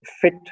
fit